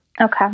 Okay